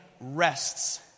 rests